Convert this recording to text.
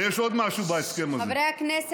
ויש עוד משהו בהסכם הזה,